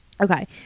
okay